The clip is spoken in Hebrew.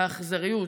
האכזריות,